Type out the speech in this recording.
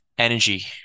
Energy